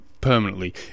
permanently